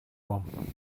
one